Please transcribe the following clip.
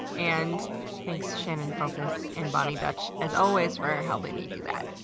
and thanks shannon feltus and boni dutch, as always, for helping me do that.